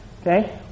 okay